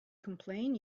complain